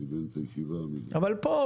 אבל פה,